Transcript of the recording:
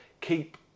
keep